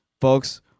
folks